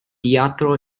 teatro